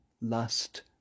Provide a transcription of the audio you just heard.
lust